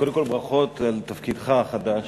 קודם כול, ברכות על תפקידך החדש.